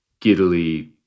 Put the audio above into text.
giddily